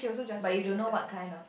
but you don't know what kind of